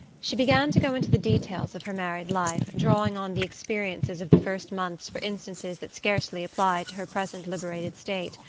she began to go into the details of her married life, drawing on the experiences of the first months for instances that scarcely applied to her present liberated state.